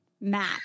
Matt